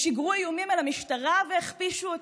שיגרו איומים אל המשטרה והכפישו אותה,